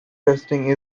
testing